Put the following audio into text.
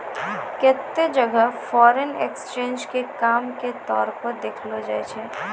केत्तै जगह foreign exchange के काम के तौर पर देखलो जाय छै